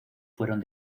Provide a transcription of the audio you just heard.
fueron